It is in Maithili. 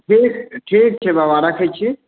ठीक छै ठीक छै बाबा रखैत छी